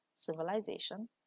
civilization